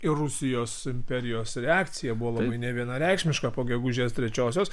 ir rusijos imperijos reakcija buvo labai nevienareikšmiška po gegužės trečiosios